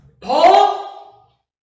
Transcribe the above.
Paul